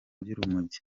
by’urumogi